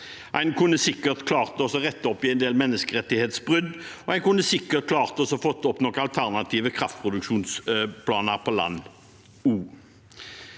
En kunne sikkert klart å rette opp i en del menneskerettighetsbrudd, og en kunne sikkert klart å få opp noen alternative kraftproduksjonsplaner på land